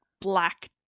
black